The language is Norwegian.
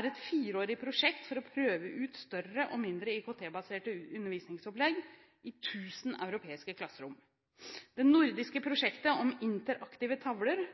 er et fireårig prosjekt for å prøve ut større og mindre IKT-baserte undervisningsopplegg i tusen europeiske klasserom. Nordisk prosjekt om interaktive tavler